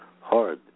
hard